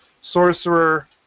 Sorcerer